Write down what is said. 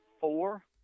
four